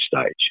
stage